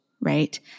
right